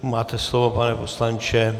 Máte slovo, pane poslanče.